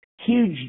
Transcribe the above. huge